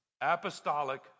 apostolic